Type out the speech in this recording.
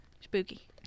spooky